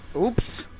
oops!